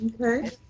Okay